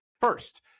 First